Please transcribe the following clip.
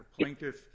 Plaintiff